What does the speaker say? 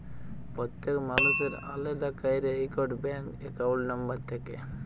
প্যত্তেক মালুসের আলেদা ক্যইরে ইকট ব্যাংক একাউল্ট লম্বর থ্যাকে